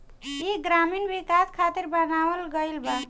ई ग्रामीण विकाश खातिर बनावल गईल बा